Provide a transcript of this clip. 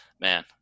Man